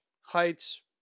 heights